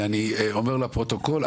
ואני אומר לפרוטוקול,